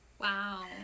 Wow